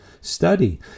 study